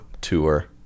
Tour